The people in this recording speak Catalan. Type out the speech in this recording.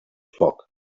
foc